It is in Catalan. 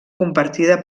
compartida